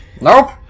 Nope